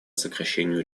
сокращению